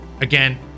again